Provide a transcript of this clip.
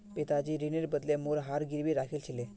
पिताजी ऋनेर बदले मोर हार गिरवी राखिल छिले